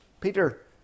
Peter